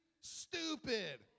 stupid